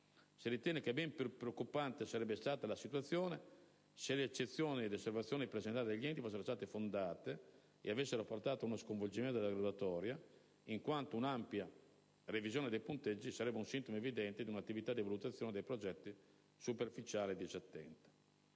Si ritiene che ben più preoccupante sarebbe stata la situazione se le eccezioni e le osservazioni presentate dagli enti fossero state fondate ed avessero portato ad uno sconvolgimento della graduatoria, in quanto un'ampia revisione dei punteggi sarebbe un sintomo evidente di un'attività di valutazione dei progetti superficiale e disattenta.